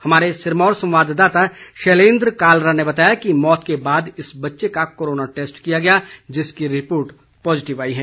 हमारे सिरमौर संवाददाता शैलेंद्र कालरा ने बताया है कि मौत के बाद इस बच्चे का कोरोना टैस्ट किया गया जिसकी रिपोर्ट पॉजिटिव आई है